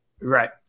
Right